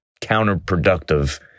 counterproductive